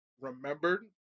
remembered